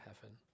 heaven